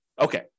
okay